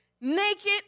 naked